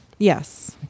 Yes